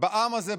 בעם הזה,